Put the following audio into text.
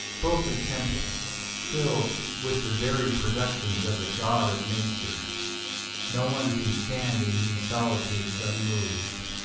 both are temples filled with the varied productions of the god of nature no one can stand in these solitudes unmoved,